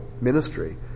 ministry